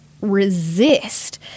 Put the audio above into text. resist